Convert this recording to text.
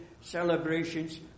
celebrations